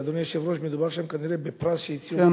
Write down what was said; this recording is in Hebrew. אדוני היושב-ראש, מדובר שם כנראה בפרס שהציעו,